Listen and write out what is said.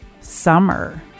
summer